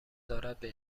دارد، به